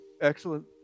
excellent